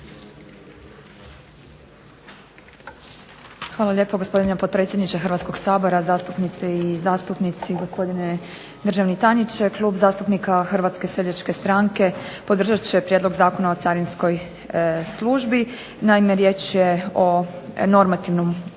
Hvala lijepo gospodine potpredsjedniče Hrvatskog sabora. Zastupnice i zastupnici, gospodine državni tajniče. Klub zastupnika HSS-a podržat će Prijedlog Zakona o carinskoj službi. Naime, riječ je o normativnom